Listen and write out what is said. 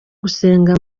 gusenga